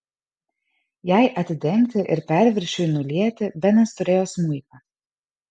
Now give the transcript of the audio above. jai atidengti ir perviršiui nulieti benas turėjo smuiką